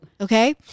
Okay